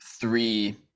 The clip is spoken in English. three